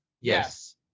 yes